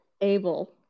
able